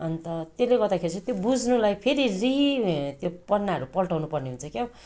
अन्त त्यसले गर्दाखेरि चाहिँ त्यो बुझ्नुलाई फेरि रि त्यो पन्नाहरू पल्टाउनुपर्ने हुन्छ क्या हो